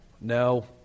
No